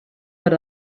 per